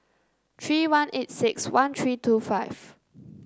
three one eight six one three two five